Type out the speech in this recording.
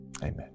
Amen